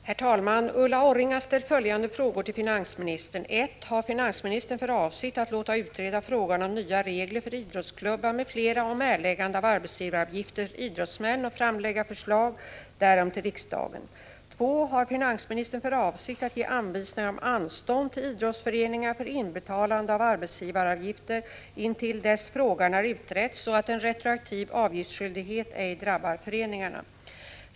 Herr talman! Ulla Orring har ställt följande frågor till finansministern: 1. Har finansministern för avsikt att låta utreda frågan om nya regler för idrottsklubbar m.fl. om erläggande av arbetsgivaravgifter för idrottsmän och framlägga förslag därom till riksdagen? 2. Har finansministern för avsikt att ge anvisningar om anstånd till idrottsföreningar för inbetalande av arbetsgivaravgifter intill dess frågan har utretts så att en retroaktiv avgiftsskyldighet ej drabbar föreningarna?